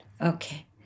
Okay